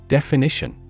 Definition